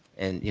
and, you